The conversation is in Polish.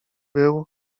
był